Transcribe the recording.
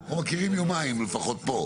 זה אולי שני אחוזים.